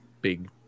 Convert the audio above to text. big